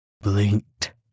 blinked